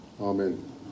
Amen